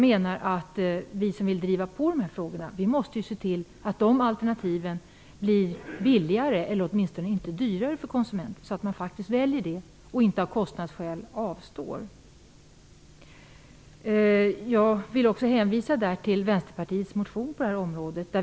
Vi som vill vara drivande i dessa frågor måste ju se till att de miljövänliga alternativen blir billigare, eller åtminsitone inte dyrare, för konsumenten, så att konsumenten inte av kostnadsskäl avstår från dessa alternativ. Jag vill hänvisa till Vänsterpartiets motion på det här området.